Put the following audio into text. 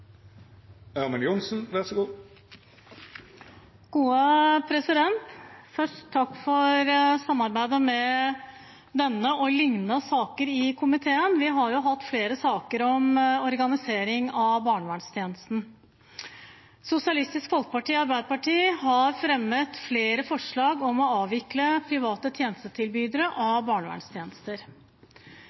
saker i komiteen. Vi har hatt flere saker om organisering av barnevernstjenesten. Sosialistisk Folkeparti og Arbeiderpartiet har fremmet flere forslag om å avvikle private tjenestetilbydere av barnevernstjenester.